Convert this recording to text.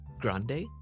Grande